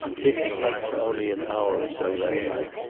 dick slept for only an hour or so that night,